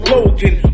Logan